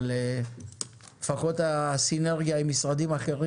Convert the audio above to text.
אז לפחות שתהיה לו סינרגיה עם משרדים אחרים.